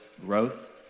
growth